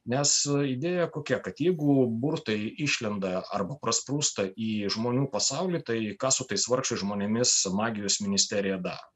nes idėja kokia kad jeigu burtai išlenda arba prasprūsta į žmonių pasaulį tai ką su tais vargšais žmonėmis magijos ministerija daro